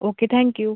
okay thank you